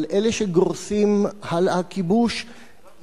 אבל אלה שגורסים "הלאה הכיבוש",